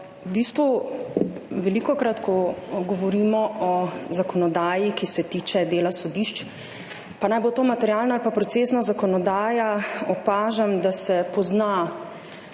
za besedo. Velikokrat, ko govorimo o zakonodaji, ki se tiče dela sodišč, pa naj bo to materialna ali pa procesna zakonodaja, opažam, da se pozna,